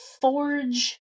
forge